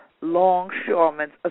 Longshoremen's